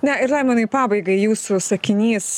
ne ir laimonai pabaigai jūsų sakinys